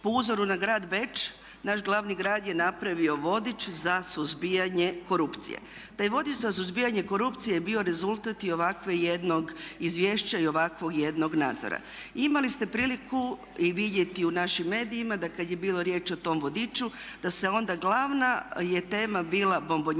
po uzoru na grad Beč naš glavni grad je napravio vodič za suzbijanje korupcije. Taj vodič za suzbijanje korupcije je bio rezultat i ovakvog jednog izvješća i ovakvog jednog nadzora. Imali ste priliku vidjeti u našim medijima da kad je bilo riječ o tom vodiču da je onda glavna tema bila bombonijera